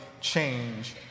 change